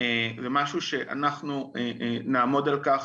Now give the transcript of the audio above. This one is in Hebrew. ומשהו שאנחנו נעמוד על כך,